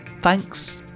Thanks